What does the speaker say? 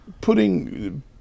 putting